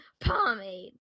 pomade